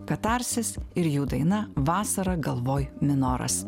katarsis ir jų daina vasara galvoj minoras